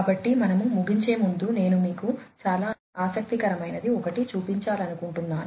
కాబట్టి మనము ముగించే ముందు నేను మీకు చాలా ఆసక్తికరమైనది ఒకటి చుపించాలనుకుంటున్నాను